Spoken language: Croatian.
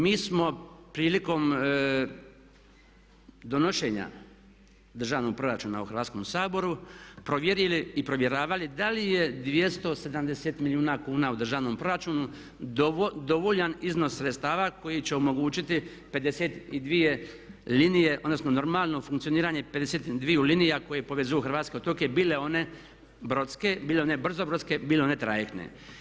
Mi smo prilikom donošenja državnog proračuna u Hrvatskom saboru provjerili i provjeravali da li je 270 milijuna kuna u državnom proračunu dovoljan iznos sredstava koji će omogućiti 52 linije, odnosno normalno funkcioniranje 52 linije koje povezuju hrvatske otoke bile one brodske, bile one brzobrodske bile one trajektne.